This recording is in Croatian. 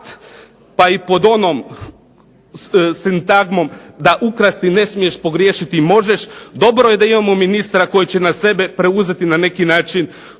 pa i pod onom sintagmom da ukrasti ne smiješ, pogriješiti možeš dobro je da imamo ministra koji će na sebe preuzeti na neki način